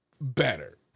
better